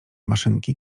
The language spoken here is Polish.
maszynki